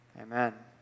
Amen